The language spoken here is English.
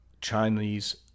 Chinese